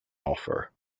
offer